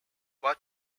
but